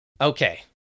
Okay